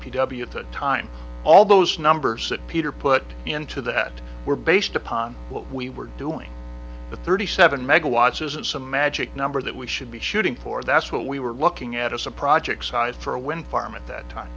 w at the time all those numbers that peter put into that were based upon what we were doing the thirty seven megawatts isn't some magic number that we should be shooting for that's what we were looking at us a project sized for a wind farm at that time